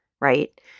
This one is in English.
right